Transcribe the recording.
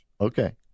okay